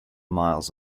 miles